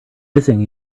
missing